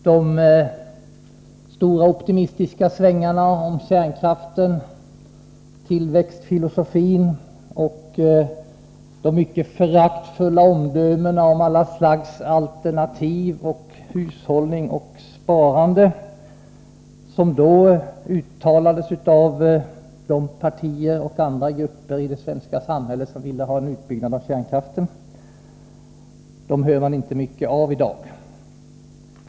De stora optimistiska svängarna — vad gäller kärnkraft och tillväxtfilosofi, liksom i form av mycket föraktfulla omdömen om alla slags alternativ, om hushållning och sparande — som då kom till uttryck från de partier och andra grupper i det svenska samhället som ville ha en utbyggnad av kärnkraften, ser man inte mycket av i dag.